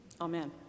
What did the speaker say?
Amen